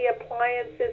appliances